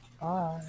Bye